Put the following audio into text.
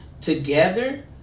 together